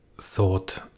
thought